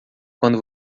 quando